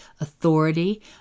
authority